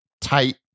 tight